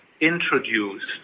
introduced